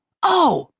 oh,